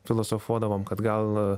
filosofuodavom kad gal